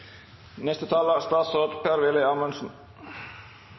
Neste taler er